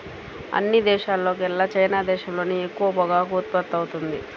అన్ని దేశాల్లోకెల్లా చైనా దేశంలోనే ఎక్కువ పొగాకు ఉత్పత్తవుతుంది